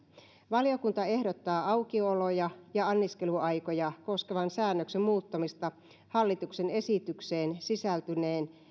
valiokunta ehdottaa aukioloja ja anniskeluaikoja koskevan säännöksen muuttamista hallituksen esitykseen sisältyneen